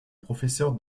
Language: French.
professeur